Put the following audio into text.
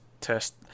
test